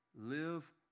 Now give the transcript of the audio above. live